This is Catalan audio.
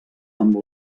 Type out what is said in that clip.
amb